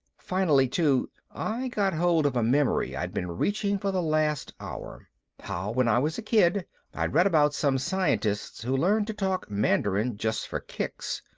finally, too, i got hold of a memory i'd been reaching for the last hour how when i was a kid i'd read about some scientists who learned to talk mandarin just for kicks.